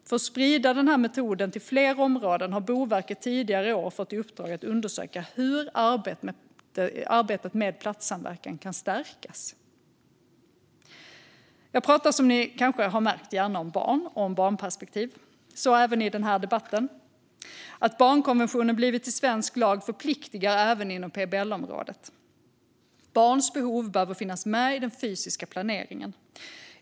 För att sprida den här metoden till fler områden har Boverket tidigare i år fått i uppdrag att undersöka hur arbetet med platssamverkan kan stärkas. Jag pratar, som ni kanske har märkt, gärna om barn och barnperspektiv, så även i den här debatten. Att barnkonventionen blivit till svensk lag förpliktar även inom PBL-området. Barns behov behöver finnas med i den fysiska planeringen.